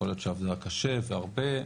יכול להיות שעבדה קשה והרבה,